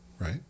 right